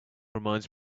reminds